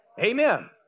Amen